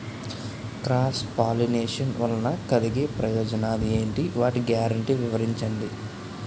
Cross pollination వలన కలిగే ప్రయోజనాలు ఎంటి? వాటి గ్యారంటీ వివరించండి?